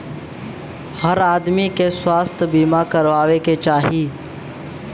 हर आदमी के स्वास्थ्य बीमा कराये के चाही